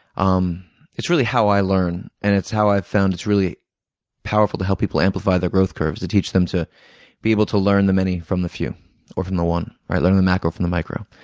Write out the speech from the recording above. um it's really how i learn and it's how i've found it's really powerful to help people amplify their growth curves to teach them to be able to learn the many from the few or from the one learn the macro from the micro.